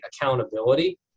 accountability